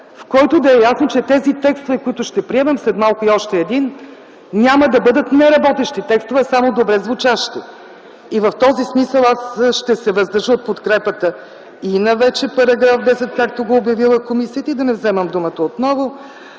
в който да е ясно, че текстовете, които ще приемем след малко, а и още един, няма да бъдат неработещи текстове, а само добре звучащи. В този смисъл аз ще се въздържа от подкрепата на § 10, както го е обявила комисията и, за да не вземам думата отново,